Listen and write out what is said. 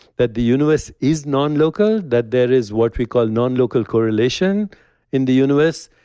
that the universe is non-local, that there is what we call non-local correlation in the universe,